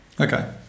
Okay